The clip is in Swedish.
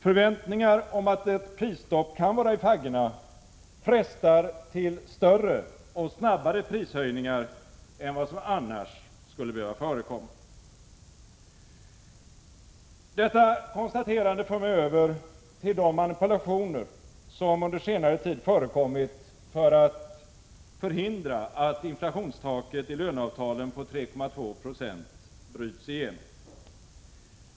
Förväntningar om att ett prisstopp kan vara i faggorna frestar till större och snabbare prishöjningar än vad som annars skulle behöva förekomma. Detta konstaterande för mig över till de manipulationer som under senare tid förekommit för att förhindra att inflationstaket i löneavtalen på 3,2 Yo bryts igenom.